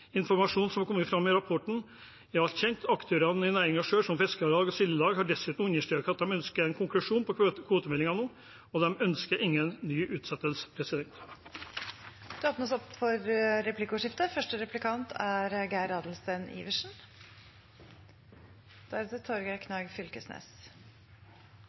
Informasjonen som har kommet fram i rapporten, er alt kjent. Aktørene i næringen selv, som Fiskarlaget og Sildelaget, har dessuten understreket at de ønsker en konklusjon på kvotemeldingen nå. De ønsker ingen ny utsettelse. Det blir replikkordskifte. Jeg har et spørsmål til representanten, og det er